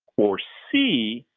or c.